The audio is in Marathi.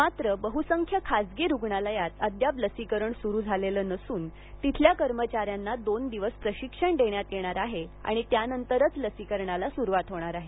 मात्र बह्संख्य खासगी रुग्णालयांत अद्याप लसीकरण सुरू झालेले नसून तिथल्या कर्मचाऱ्यांना दोन दिवस प्रशिक्षण देण्यात येणार असून त्यानंतरच लसीकरणास सुरुवात होणार आहे